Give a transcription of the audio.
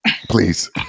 please